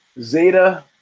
Zeta